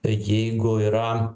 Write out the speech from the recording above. jeigu yra